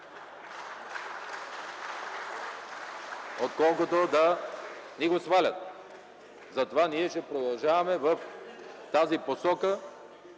отколкото да ни го свалят! Затова ние ще продължаваме в тази посока